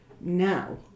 now